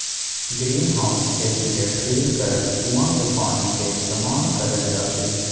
greenhouse खेती ले drill करल कुआँ के पानी के इस्तेमाल करल जा हय